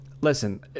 listen